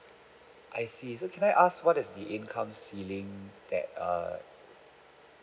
I see so can I ask what is the income ceiling that err